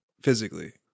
Physically